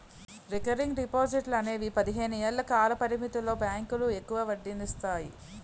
recurring డిపాజిట్లు అనేవి పదిహేను ఏళ్ల కాల పరిమితితో బ్యాంకులు ఎక్కువ వడ్డీనందిస్తాయి